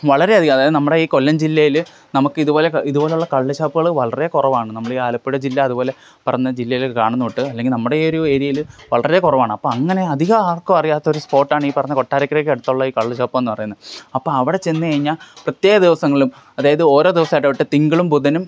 വളരെയധികം അതായത് നമ്മുടെ ഈ കൊല്ലം ജില്ലയില് നമുക്കിതുപോലെ ഇതുപോലുള്ള കള്ള് ഷാപ്പുകൾ വളരെ കുറവാണ് നമ്മളീ ആലപ്പുഴ ജില്ല അതുപോലെ പറഞ്ഞ ജില്ലയിലൊക്കെ കാണുന്നൂട്ട് അല്ലെങ്കിൽ നമ്മുടെ ഒരു ഏരിയയില് വളരെ കുറവാണ് അപ്പോള് അങ്ങനെ അധികം ആർക്കും അറിയാത്ത ഒരു സ്പോട്ട് ആണ് ഈ പറഞ്ഞ കൊട്ടാരക്കരയ്ക്ക് അടുത്തുള്ള ഈ കള്ളു ഷാപ്പ് എന്ന് പറയുന്നെ അപ്പോള് അവിടെ ചെന്നു കഴിഞ്ഞാല് പ്രത്യേക ദിവസങ്ങളിലും അതായത് ഓരോ ദിവസമിടവിട്ട് തിങ്കളും ബുധനും